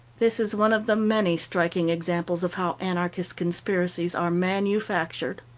this is one of the many striking examples of how anarchist conspiracies are manufactured.